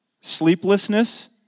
sleeplessness